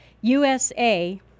USA